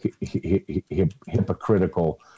hypocritical